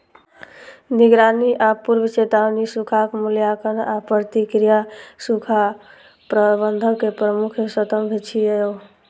निगरानी आ पूर्व चेतावनी, सूखाक मूल्यांकन आ प्रतिक्रिया सूखा प्रबंधनक प्रमुख स्तंभ छियै